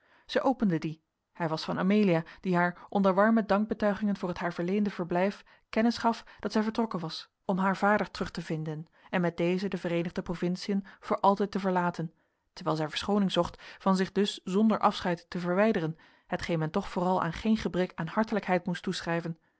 zij opende dien hij was van amelia die haar onder warme dankbetuigingen voor het haar verleende verblijf kennis gaf dat zij vertrokken was om haar vader terug te vinden en met dezen de vereenigde provinciën voor altijd te verlaten terwijl zij verschooning verzocht van zich dus zonder afscheid te verwijderen hetgeen men toch vooral aan geen gebrek aan hartelijkheid moest toeschrijven